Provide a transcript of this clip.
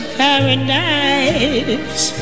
paradise